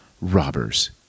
Robbers